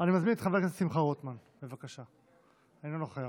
אני מזמין את חבר הכנסת שמחה רוטמן, אינו נוכח.